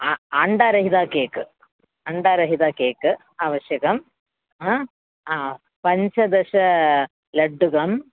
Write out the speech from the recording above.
आ अण्डारहितं केक् अण्डारहितं केक् आवश्यकम् आ पञ्चदश लड्डुकम्